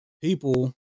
People